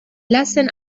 lassen